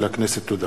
תודה.